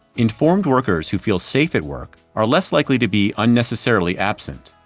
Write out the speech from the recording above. informed workers who feel safe at work are less likely to be unnecessarily absent.